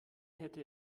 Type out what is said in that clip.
hätte